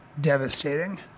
devastating